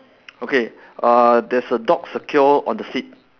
okay uh there's a dog secure on the seat